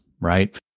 right